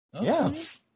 Yes